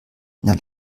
der